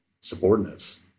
subordinates